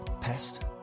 Pest